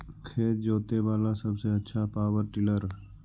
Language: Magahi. खेत जोते बाला सबसे आछा पॉवर टिलर?